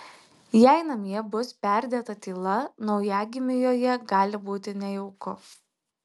jei namie bus perdėta tyla naujagimiui joje gali būti nejauku